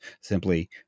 simply